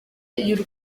y’u